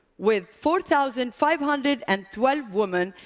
with four thousand five hundred and twelve women,